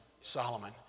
Solomon